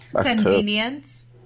Convenience